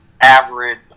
average